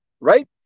right